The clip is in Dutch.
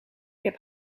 heb